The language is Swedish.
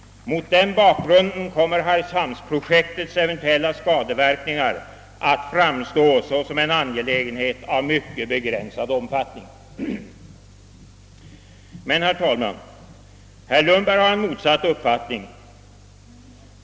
Mot den bakgrunden kommer hargshamnsprojektets eventuella skadeverkningar att framstå såsom en angelägenhet av mycket begränsad omfattning. Herr talman! Herr Lundberg har emellertid en motsatt uppfattning.